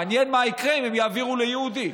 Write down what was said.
מעניין מה יקרה אם הם יעבירו ליהודי.